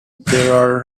there